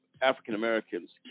African-Americans